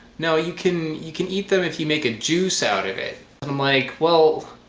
no, you can you can eat them if you make a juice out of it. and i'm like well,